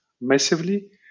massively